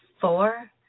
Four